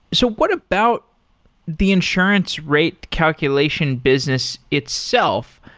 so what about the insurance rate calculation business itself?